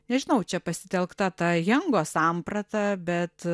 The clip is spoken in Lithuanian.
nežinau čia pasitelkta ta jango samprata bet